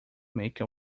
make